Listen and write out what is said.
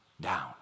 down